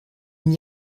n’y